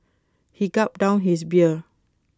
he gulped down his beer